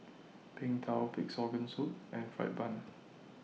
Png Tao Pig'S Organ Soup and Fried Bun